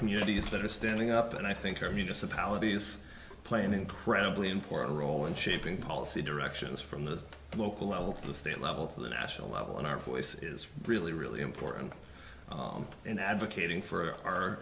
communities that are standing up and i think are municipalities play an incredibly important role in shaping policy directions from the local level to the state level to the national level in our voice is really really important in advocating for our